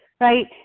Right